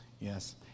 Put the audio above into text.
Yes